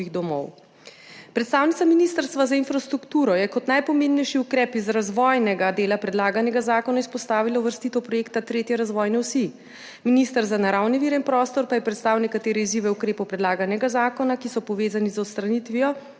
Predstavnica Ministrstva za infrastrukturo je kot najpomembnejši ukrep iz razvojnega dela predlaganega zakona izpostavila uvrstitev projekta tretje razvojne osi. Minister za naravne vire in prostor pa je predstavil nekatere izzive ukrepov predlaganega zakona, ki so povezani z odstranitvijo